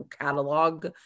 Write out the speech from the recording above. catalog